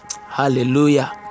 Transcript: Hallelujah